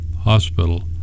hospital